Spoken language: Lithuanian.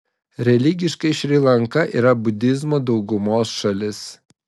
religiškai šri lanka yra budizmo daugumos šalis